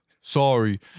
sorry